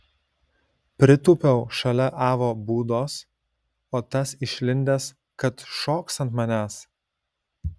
pritūpiau šalia avo būdos o tas išlindęs kad šoks ant manęs